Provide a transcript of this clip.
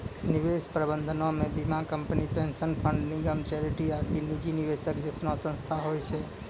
निवेश प्रबंधनो मे बीमा कंपनी, पेंशन फंड, निगम, चैरिटी आकि निजी निवेशक जैसनो संस्थान होय छै